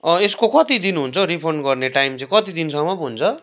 यस्को कति दिन हुन्छ हौ रिफन्ड गर्ने टाइम चाहिँ कति दिनसम्म पो हुन्छ